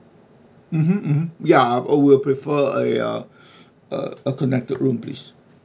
mm hmm mm hmm ya uh we'll prefer uh ya uh a connected room please